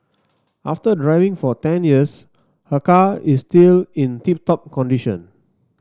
after driving for ten years her car is still in tip top condition